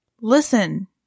listen